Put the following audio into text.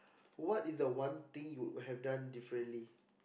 what is the one thing you would have done differently